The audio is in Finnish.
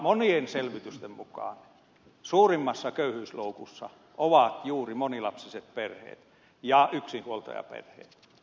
monien selvitysten mukaan suurimmassa köyhyysloukussa ovat juuri monilapsiset perheet ja yksinhuoltajaperheet